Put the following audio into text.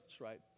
right